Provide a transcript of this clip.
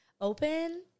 Open